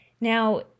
Now